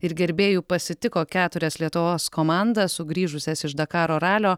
ir gerbėjų pasitiko keturias lietuvos komandas sugrįžusias iš dakaro ralio